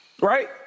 Right